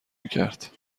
میکرد